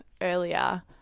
earlier